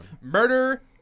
Murder